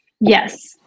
Yes